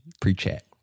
Pre-chat